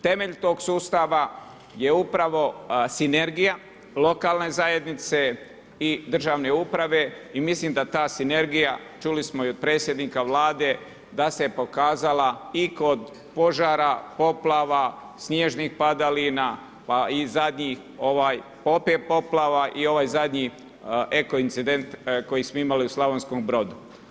Temelj tog sustava je upravo sinergija lokalne zajednice i državne uprave i mislim da ta sinergija, čuli smo i od predsjednika Vlade da se pokazala i kod požara, poplava, snježnih padalina, pa i zadnjih opet poplava i ovaj zadnji eko incident koji smo imali u Slavonskom Brodu.